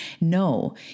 No